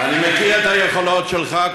אני מכיר את היכולות שלך,